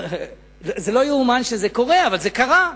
זה לא ייאמן שזה קורה, אבל זה קרה,